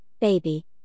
baby